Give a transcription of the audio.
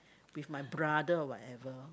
with my brother whatever